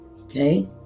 Okay